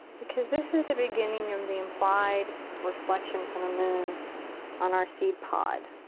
because this is the beginning of the implied reflection from the moon on our seed pod.